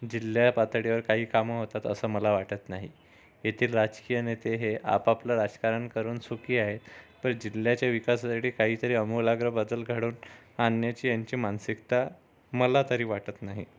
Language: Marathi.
जिल्हापातळीवर काही कामं होतात असं मला वाटत नाही येथील राजकीय नेते हे आपापलं राजकारण करून सुखी आहेत पण जिल्ह्याच्या विकासासाठी काहीतरी अमुलाग्र बदल घडवून आणण्याची मानसिकता मला तरी वाटत नाही